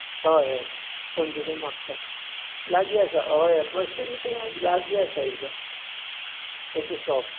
हय हय पणजेच्यान म्हापश्या लागीं आसा हय हय बस स्टँड लागी आसा एकदम ताचे शॉप